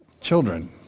children